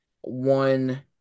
one